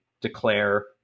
declare